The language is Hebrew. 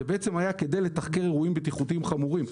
זה בעצם היה כדי לתחקר אירועים בטיחותיים חמורים,